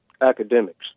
academics